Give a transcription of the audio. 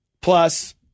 plus